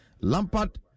Lampard